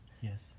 yes